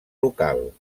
local